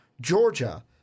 Georgia